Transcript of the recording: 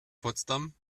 potsdam